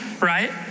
right